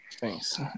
Thanks